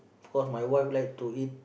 because my wife like to eat